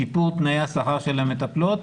שיפור תנאי השכר של המטפלות.